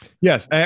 yes